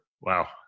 Wow